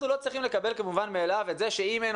לא צריך לקבל כמובן מאליו את זה שאם אין